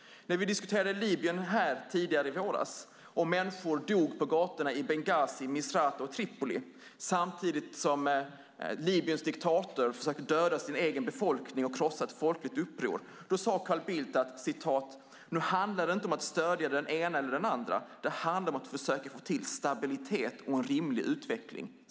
Vi diskuterade Libyen här tidigare i våras när människor dog på gatorna i Benghazi, Misrata och Tripoli samtidigt som Libyens diktator försökte döda sin egen befolkning och krossa ett folkligt uppror. Då sade Carl Bildt: "Nu handlar det inte om att stödja den ena eller den andra. Det handlar om att försöka få till stabilitet och en rimlig utveckling."